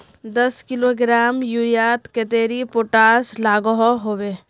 दस किलोग्राम यूरियात कतेरी पोटास लागोहो होबे?